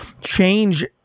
change